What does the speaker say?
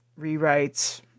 rewrites